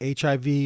HIV